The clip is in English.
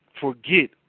forget